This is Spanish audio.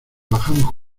bajamos